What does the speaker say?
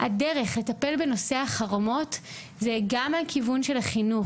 הדרך לטפל בנושא החרמות צריך להגיע גם מהכיוון של החינוך,